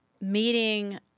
meeting